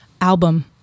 Album